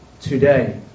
Today